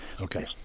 Okay